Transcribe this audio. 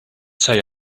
say